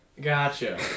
Gotcha